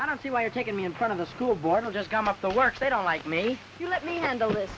i don't see why you're taken me in front of the school board i'll just gum up the works they don't like me you let me handle it